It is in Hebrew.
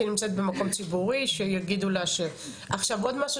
היא נמצאת במקום ציבורי שיגידו לה ש- עכשיו עוד משהו